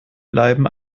bleiben